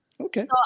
Okay